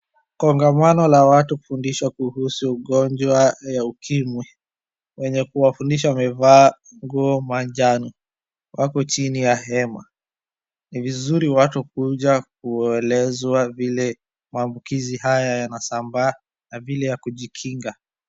Kongamano la watu kufundishwa kuhusu ugonjwa ya ukimwi. Wenye kuwafundisha wamevaa nguo majano, wako chini ya hema. Ni vizuri watu kuja kuelezwa vile mambukizi haya yanasambaa na vile ya kujikinga.